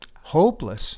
hopeless